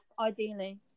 ideally